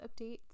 updates